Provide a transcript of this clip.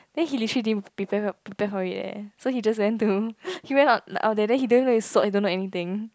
then he literally didn't prepare prepare for it eh so he just went to he went out like all day and he don't even know or anything